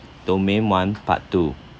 domain one part two